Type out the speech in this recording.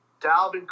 Dalvin